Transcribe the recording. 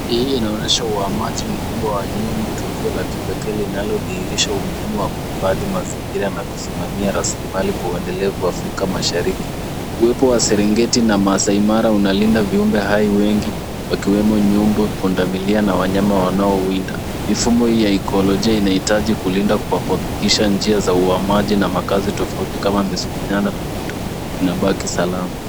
Hii inaonyesha uhamaji mkubwa wa nyumbu, tukio kamili linalodhihirisha umuhimu wa kuhifadhi mazingira na kusimamia rasilimali kwa uendelezi wa afrika mashariki. Uwepo wa Serengeti na Masai Mara unalinda viumbe hai wengi wakiwemo nyumbu, pundamilia na wanyama wanaowinda. Mifumo hii ya ekolojia inahitaji kulinda kwa kuhakikisha njia za uhamaji na makazi tofauti kama misitu na mito inabaki salama.